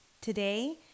Today